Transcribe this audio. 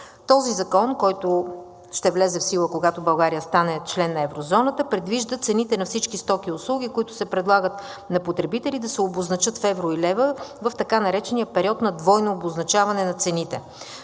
Този закон, който ще влезе в сила, когато България стане член на еврозоната, предвижда цените на всички стоки и услуги, които се предлагат на потребители, да се обозначат в евро и левове в така наречения период на двойно обозначаване на цените.